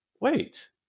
wait